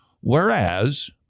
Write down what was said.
Whereas